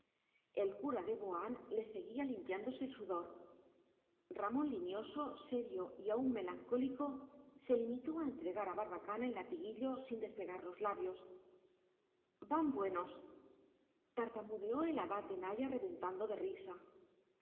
el cura de boán le seguía limpiándose el sudor ramón limioso serio y aún melancólico se limitó a entregar a barbacana el latiguillo sin despegar los labios van buenos tartamudeó el abad de naya reventando de risa yo